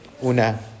una